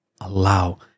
allow